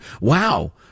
wow